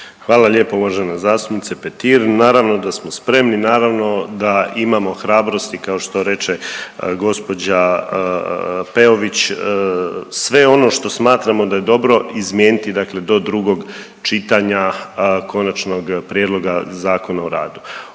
Hvala lijepo uvažena zastupnica Petir, naravno da smo spremni, naravno da imamo hrabrosti kao što reče gospođa Peović. Sve ono što smatramo da je dobro izmijeniti dakle do drugog čitanja konačnog prijedloga Zakona o radu.